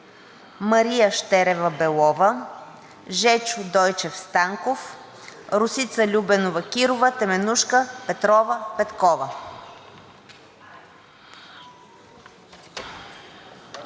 Мария Щерева Белова, Жечо Дойчев Станков, Росица Любенова Кирова, Теменужка Петрова Петкова.